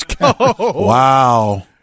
Wow